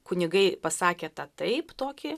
kunigai pasakė tą taip tokį